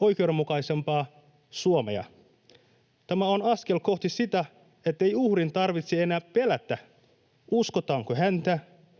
oikeudenmukaisempaa Suomea. Tämä on askel kohti sitä, ettei uhrin tarvitse enää pelätä, uskotaanko häntä,